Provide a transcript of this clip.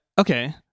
okay